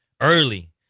early